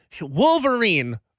Wolverine